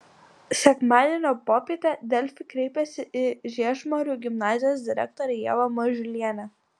sekmadienio popietę delfi kreipėsi į žiežmarių gimnazijos direktorę ievą mažulienę